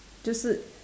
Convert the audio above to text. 就是